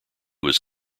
was